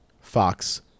Fox